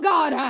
God